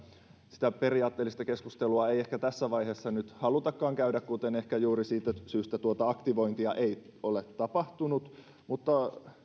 sitä periaatteellista keskustelua ei ehkä tässä vaiheessa nyt halutakaan käydä ja ehkä juuri siitä syystä tuota aktivointia ei ole tapahtunut mutta